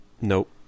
Nope